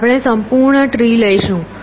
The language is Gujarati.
આપણે સંપૂર્ણ ટ્રી લઈશું